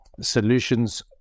solutions